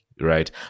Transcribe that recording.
right